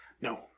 No